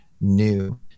new